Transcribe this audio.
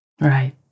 Right